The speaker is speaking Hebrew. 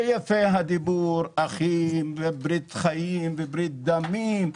יפה הדיבור על אחים, ברית חיים, ברית דמים,